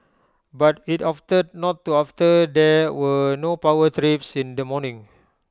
but IT opted not to after there were no power trips in the morning